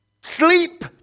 sleep